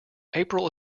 april